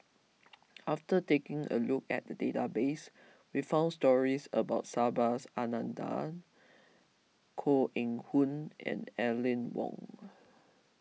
after taking a look at the database we found stories about Subhas Anandan Koh Eng Hoon and Aline Wong